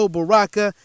Baraka